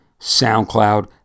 SoundCloud